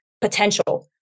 potential